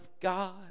God